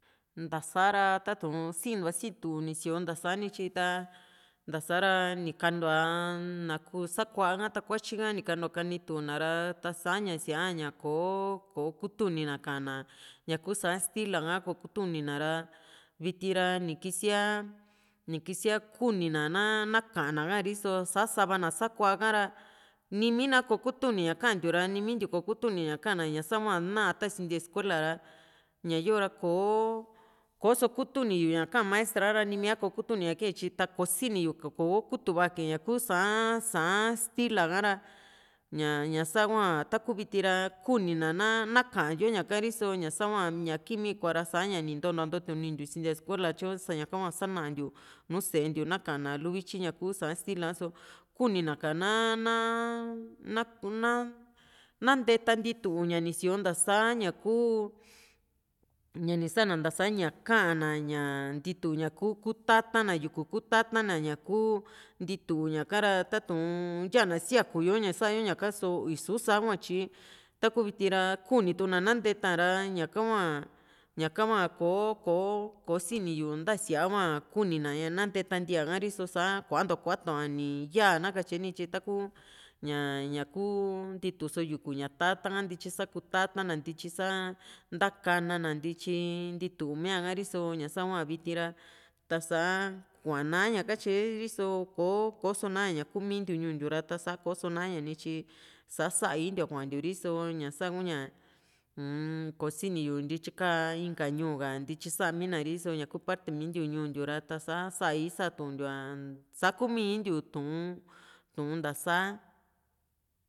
natsa ra tatu´n siintua situ nisio ntasa ntyi ta nta sa´ra kanintua na sakua ha takuatyi ka nikanintua ni kanitu ra ta sa ña síaa kò´o kó kutuni na ka´an na ñaku Sa'an stila ka kò´o kutu´nina ra viti ra ni kisia ni kisíaa kuni na ná ka´an na ha´riso sa´sa va na sakuaa ra niimi na ko kutuuni ña kantiu ra ni mintiu ko kutuni ña kana ña sa´hua ná tani sintia escuela ra ña´yoo ta kóo ko´so kuutu´ni yu ña ka´an na maestra ha´ra ni miaa kokutuni ña kae tyi ta kosini yu kò´o kutuva ka´a n yu ñaku Sa'an Sa'an stila ka ra ña ña sá hua taku viti ra kuni na ña na ka´an yo ñaka riso ña sahua ña kii´mi kua ra sa ñani ntontua ntootuni ntiu i sintia ntiu escuela tyu sava ñaka hua sanantiu nùù sée ntiu naka lu vityi ña kuu Sa'an stila só kunina ka na na na na nteta ntitu ña ni sio´o nta´saa ña kuu ñani sa´na ntasa ña kuu ña ka´an na ntituña kuutatana yuku kutata na ñaku ntiituñaka ra tatu´n yana siakuu yo ña saá yo ñaka só ni susa hua tyi taku viti ra kunitukuna ná nteta ñara ñaka hua ñaka hua kò´o kosiniyu nta síaa hua kunina na ña nteeta ntia´ka riso sa kuantua kuatuu a ni yaa na katye ni tyi taku ña ña ku ku ntituso yuku ña tata´n ka ntityi sa´ku tata´n na ntityi sa sa ntaka´na ná ntyi ntitu miaa ha´riso ña sa hua viti ra ta´sa kuaa na´ña katye riso kò´o koso naá ña taku mintiu ñuu ntiu ra koso na ña nityi sa´sa intiu a kuantiu riso ña saa ku´ña uun kosini yu ntityi kaa inka ñuu ka ntityi sa´a mina ni ri´so ñaku parte mintiu ñuu ntiu ra ta´sa sai satuntiu ña sa ku´umi intiu Tu'un nta´saa